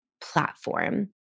platform